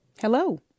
Hello